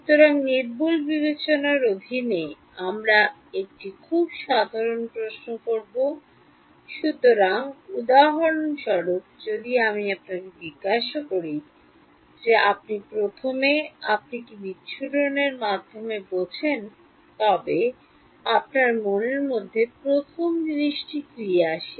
সুতরাং নির্ভুল বিবেচনার অধীনে আমরা একটি খুব সাধারণ প্রশ্ন করব সুতরাং উদাহরণস্বরূপ যদি আমি আপনাকে জিজ্ঞাসা করি যে আপনি প্রথমে আপনি কী বিচ্ছুরণের মাধ্যমে বোঝেন তবে আপনার মনের মধ্যে প্রথম জিনিসটি কী আসে